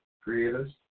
creators